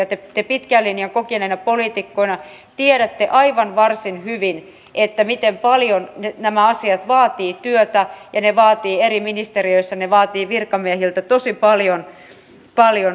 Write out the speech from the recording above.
te pitkän linjan kokeneina poliitikkoina tiedätte varsin hyvin miten paljon nämä asiat vaativat työtä ja ne vaativat eri ministeriöissä ne vaativat virkamiehiltä tosi paljon